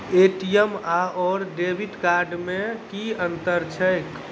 ATM आओर debit card मे की अंतर छैक?